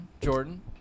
Jordan